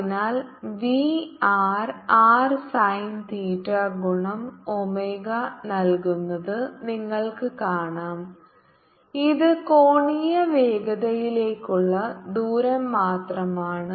അതിനാൽ v r r sine theta ഗുണം omega നൽകുന്നത് നിങ്ങൾക്ക് കാണാം ഇത് കോണീയ വേഗതയിലേക്കുള്ള ദൂരം മാത്രമാണ്